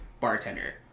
bartender